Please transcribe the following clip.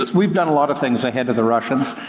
we've done a lot of things ahead of the russians